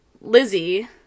Lizzie